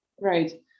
Right